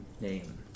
name